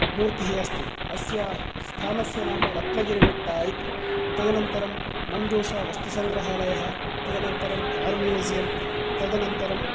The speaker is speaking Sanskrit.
मूर्तिः अस्ति अस्य स्थानस्य नाम रत्नगिरिबेट्टा इति तदनन्तरं मन्दुषा वस्तुसङ्ग्रहालयः तदनन्तरं कार् म्यूजियम तदनन्तरं